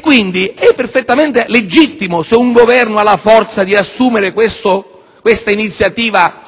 Quindi, è perfettamente legittimo se un Governo ha la forza di assumere l'iniziativa